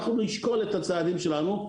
אנחנו נשקול את הצעדים שלנו.